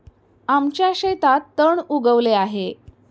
आमच्या शेतात तण उगवले आहे